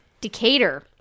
Decatur